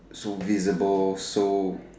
so visible so